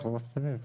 אנחנו מסכימים.